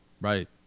Right